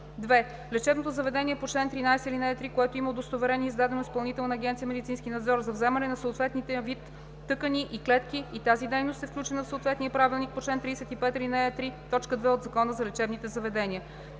2. лечебно заведение по чл. 13, ал. 3, което има удостоверение, издадено от Изпълнителна агенция „Медицински надзор“ за вземане на съответния вид тъкани и клетки и тази дейност е включена в съответния правилник по чл. 35, ал. 3, т. 2 от Закона за лечебните заведения;